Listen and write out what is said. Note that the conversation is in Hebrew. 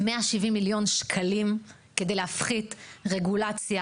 170 מיליון שקלים כדי להפחית רגולציה